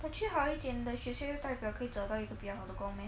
but 去好一点的学校有代表可以找到一个比较好的工 meh